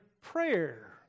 prayer